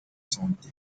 santé